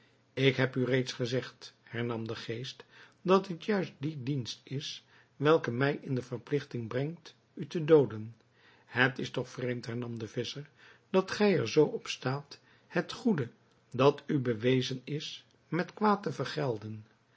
ik heb u reeds gezegd hernam de geest dat het juist die dienst is welke mij in de verpligting brengt u te dooden het is toch vreemd hernam de visscher dat gij er zoo op staat het goede dat u bewezen is met kwaad te vergelden